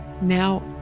Now